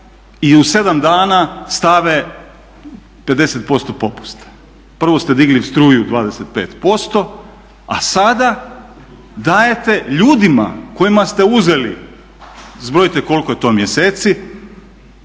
i u 7 dana stave 50% popusta. Prvo ste digli struju 25%, a sada dajete ljudima kojima ste uzeli, zbrojite koliko je to mjeseci